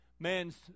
Man's